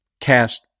cast